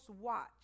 watch